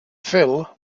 fill